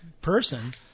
person